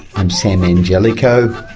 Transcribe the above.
i'm sam angelico,